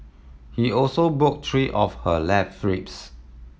he also broke three of her left ribs